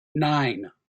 nine